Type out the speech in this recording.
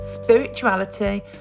spirituality